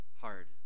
hard